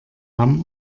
hamm